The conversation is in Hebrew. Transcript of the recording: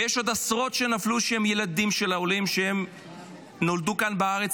ויש עוד עשרות שנפלו שהם ילדים של העולים והם נולדו כאן בארץ,